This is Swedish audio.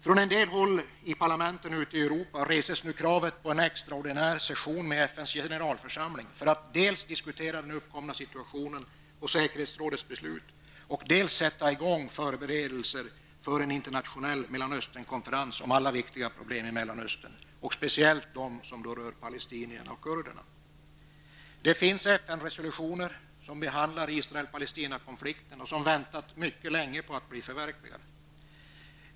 Från en del håll i parlamenten ute i Europa reses nu kravet på en extraordinär session med FNs generalförsamling för att dels diskutera den uppkomna situationen och säkerhetsrådets beslut, dels sätta i gång förberedelser för en internationell Mellanöstern, speciellt de som rör palestinierna och kurderna. Det finns FN-resolutioner som behandlar Israel--Palestina-konflikten och som väntat mycket länge på att bli förverkligade.